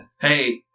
Hey